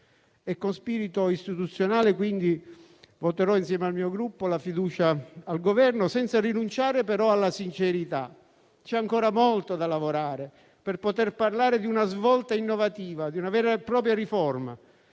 Con spirito istituzionale, quindi, voterò insieme al mio Gruppo la fiducia al Governo, senza rinunciare però alla sincerità. C'è ancora molto da lavorare per poter parlare di una svolta innovativa e di una vera e propria riforma.